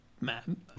man